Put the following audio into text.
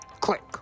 Click